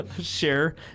share